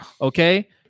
Okay